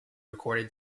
recorded